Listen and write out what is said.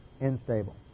unstable